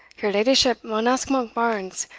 your leddyship maun ask monkbarns,